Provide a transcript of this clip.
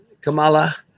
Kamala